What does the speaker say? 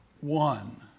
One